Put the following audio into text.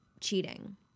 cheating